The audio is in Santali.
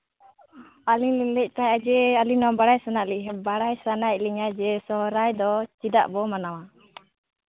ᱟᱹᱞᱤᱧ ᱞᱤᱧ ᱞᱟᱹᱭᱮᱫ ᱛᱟᱦᱮᱱᱟ ᱡᱮ ᱟᱹᱞᱤᱧ ᱱᱚᱣᱟ ᱵᱟᱲᱟᱭ ᱥᱟᱱᱟᱭᱮᱫ ᱞᱤᱧᱟᱹ ᱡᱮ ᱥᱚᱦᱨᱟᱭ ᱫᱚ ᱪᱮᱫᱟᱜ ᱵᱚᱱ ᱢᱟᱱᱟᱣᱟ